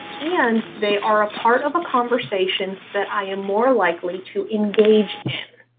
and they are a part of a conversation that i am more likely to engage in.